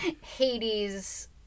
Hades